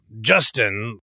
Justin